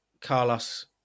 Carlos